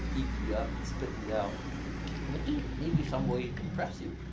eat me up and spit me out but to maybe some way impress you.